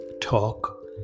talk